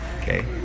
okay